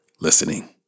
listening